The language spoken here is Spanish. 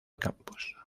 campos